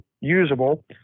usable